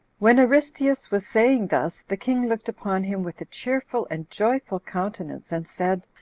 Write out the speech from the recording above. when aristeus was saying thus, the king looked upon him with a cheerful and joyful countenance, and said,